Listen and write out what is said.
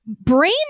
brain